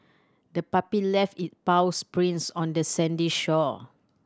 the puppy left it paws prints on the sandy shore